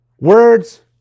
words